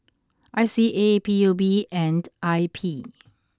I C A P U B and I P